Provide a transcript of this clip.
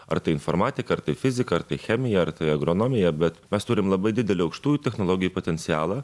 ar tai informatika ar fizika ar tai chemija ar tai agronomija bet mes turim labai didelį aukštųjų technologijų potencialą